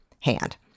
hand